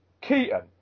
Keaton